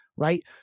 Right